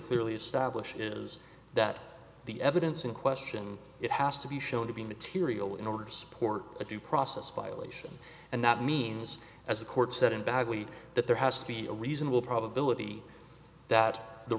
clearly establishes that the evidence in question it has to be shown to be material in order to support a due process violation and that means as the court said in bad week that there has to be a reasonable probability that the